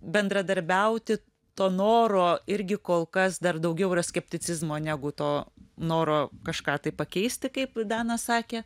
bendradarbiauti to noro irgi kol kas dar daugiau yra skepticizmo negu to noro kažką tai pakeisti kaip danas sakė